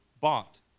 bought